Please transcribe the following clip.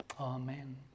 Amen